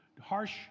harsh